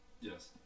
Yes